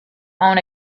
own